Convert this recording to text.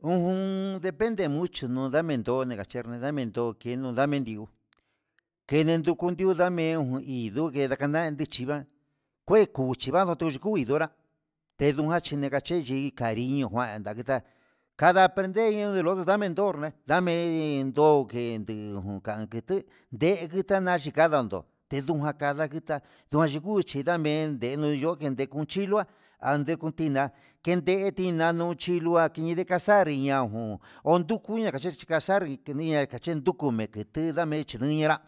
Ujun depende mucho no ndamen ndome ndakechendo ndamin non kino'o ndamin nriu kene ndukundio name jun, indungue nakanan nechi ngan kue kuchigan nduchí ndonrá tendujan chi nakachi yei cariño kuan ndakindá cada aprender iho de uno del otro ndamen ihó, ndamen ndoké enguu kangue tuu ndeyina yika ndanandó indujan kanda itá, nduan nduduchi ndamen ndenunyo ndejun chiló kuá andekun tindá kenden tiná luchi nduá, na chidii cazar ñaian njun odukuña kachechi cazar, inke ndiña kachen ndukume'e inketu ndame chiniya nrá